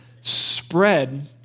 spread